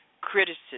criticism